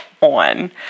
on